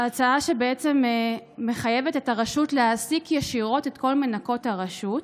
הצעה שבעצם מחייבת את הרשות להעסיק ישירות את כל מנקות הרשות.